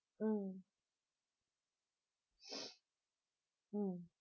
mm mm